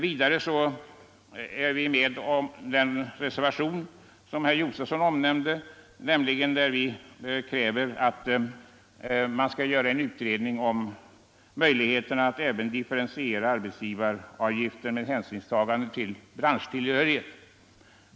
Vi har också anslutit oss till den reservation som herr Josefson här talade om, nämligen den där det krävs att man skall göra en utredning om möjligheterna att även differentiera arbetsgivaravgiften med hänsynstagande till branschtillhörighet.